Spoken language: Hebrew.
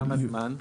לכמה זמן?